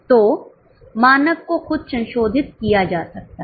तो मानक को खुद संशोधित किया जा सकता है